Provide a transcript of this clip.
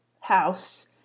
house